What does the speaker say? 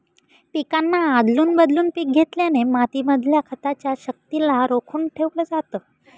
पिकांना आदलून बदलून पिक घेतल्याने माती मधल्या खताच्या शक्तिला रोखून ठेवलं जातं